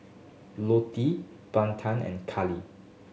Lottie Bethel and Kallie